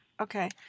Okay